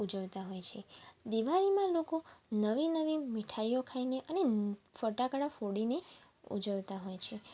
ઉજવતા હોય છે દિવાળીમાં લોકો નવી નવી મીઠાઈઓ ખાઈને અને ફટાકડા ફોડીને ઉજવતા હોય છે